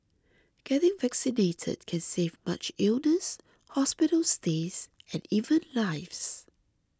getting vaccinated can save much illness hospital stays and even lives